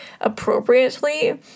appropriately